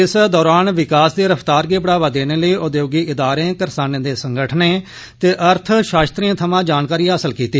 इस दौरान उनें विकास दी रफ्तार गी बढ़ावा देने लेई उद्योगी इदारें करसाने दे संगठने ते अर्थशास्त्रिये थमां जानकारी हासल कीती